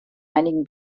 einigen